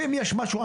ואם יש משהו,